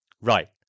Right